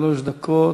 שלוש דקות.